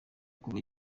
kuva